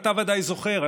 אתה ודאי זוכר,